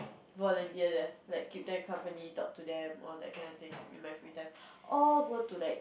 volunteer there like keep them company talk to them all that kind of thing in my free time or go to like